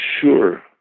Sure